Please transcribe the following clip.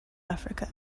africa